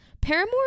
Paramore